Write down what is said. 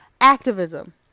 activism